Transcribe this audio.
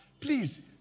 Please